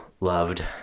loved